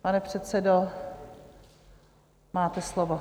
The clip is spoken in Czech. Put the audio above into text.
Pane předsedo, máte slovo.